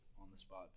on-the-spot